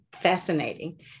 fascinating